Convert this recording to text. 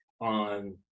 on